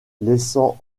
laissant